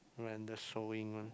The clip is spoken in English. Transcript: when the sewing one